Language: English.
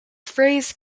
phrase